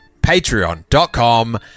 patreon.com